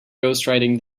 ghostwriting